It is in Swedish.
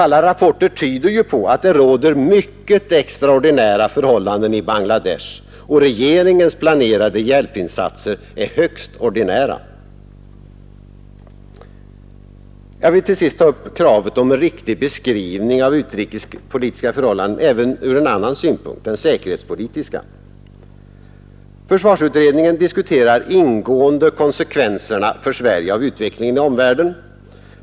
Alla rapporter tyder ju på att det råder mycket extraordinära förhållanden i Bangladesh, och regeringens planerade hjälpinsatser är högst ordinära. Jag vill till sist ta upp kravet på en riktig beskrivning av utrikespolitiska förhållanden även ur en annan synpunkt, den säkerhetspolitiska. Försvarsutredningen diskuterar ingående konsekvenserna för Sverige av utvecklingen i omvärlden.